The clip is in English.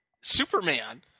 Superman